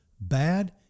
bad